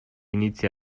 inizia